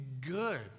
good